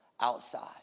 outside